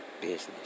Business